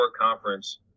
conference